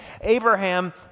Abraham